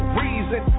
reason